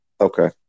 Okay